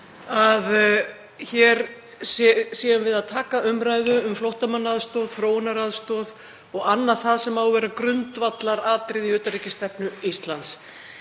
sé séum við að taka umræðu um flóttamannaaðstoð, þróunaraðstoð og annað sem á að vera grundvallaratriði í utanríkisstefnu Íslands.